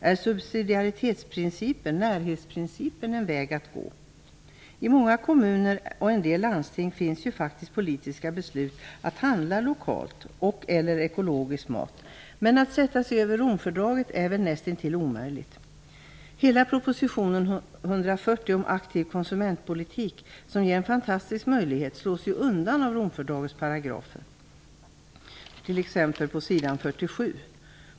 Är subsidiaritetsprincipen, närhetsprincipen, en väg att gå? I många kommuner och i en del landsting finns faktiskt politiska beslut om att man skall handla lokal och/eller ekologisk mat. Att sätta sig över Romfördraget är väl nästintill omöjligt. Hela proposition nr 140 om aktiv konsumentpolitik som ger en fantastisk möjlighet slås undan av Romfördragets paragrafer, t.ex. på sidan 47.